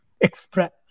express